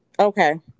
Okay